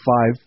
five